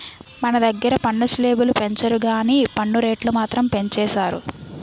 మన దగ్గిర పన్ను స్లేబులు పెంచరు గానీ పన్ను రేట్లు మాత్రం పెంచేసారు